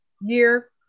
year